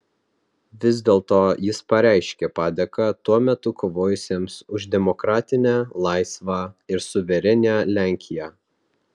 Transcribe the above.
vis dėlto jis pareiškė padėką tuo metu kovojusiems už demokratinę laisvą ir suverenią lenkiją